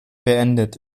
beendet